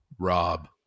Rob